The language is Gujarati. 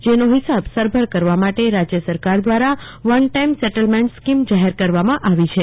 જેનો હિસાબ સરભર કરવા માટે રાજ્ય સરકાર દ્વારા વન ટાઈમ સેટલમેંટ સ્કીમ જાહેર કરવામાં આવી છે